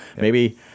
Maybe-